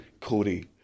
Cody